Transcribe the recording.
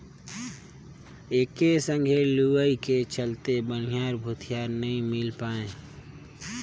एके संघे लुवई के चलते बनिहार भूतीहर नई मिल पाये